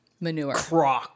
manure